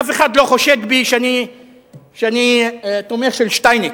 אף אחד לא חושד בי שאני תומך של ד"ר שטייניץ,